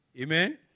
Amen